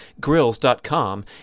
grills.com